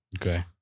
Okay